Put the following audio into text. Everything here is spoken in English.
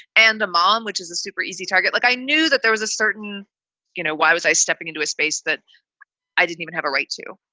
and a mom, which is a super easy target. look, i knew that there was a certain you know, why was i stepping into a space that i didn't even have a right to?